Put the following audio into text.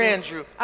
Andrew